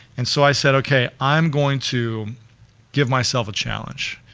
and so, i said okay, i'm going to give myself a challenge.